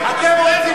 חבר הכנסת אקוניס,